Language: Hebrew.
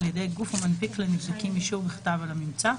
על ידי גוף המנפיק לנבדקים אישור בכתב על הממצא,